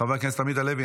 חבר הכנסת עמית הלוי,